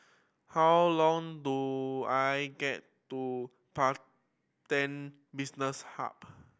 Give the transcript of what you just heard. how long do I get to Pantech Business Hub